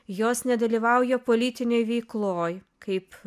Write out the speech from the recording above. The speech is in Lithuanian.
jos nedalyvauja politinėj veikloj kaip